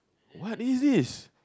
what is this